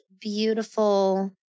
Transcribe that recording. beautiful